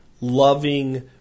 loving